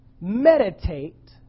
meditate